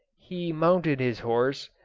he mounted his horse,